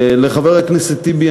לחבר הכנסת טיבי,